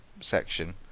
section